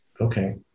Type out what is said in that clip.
Okay